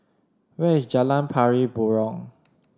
where is Jalan Pari Burong